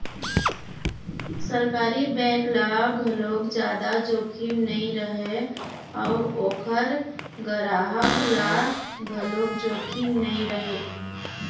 सरकारी बेंक ल घलोक जादा जोखिम नइ रहय अउ ओखर गराहक ल घलोक जोखिम नइ रहय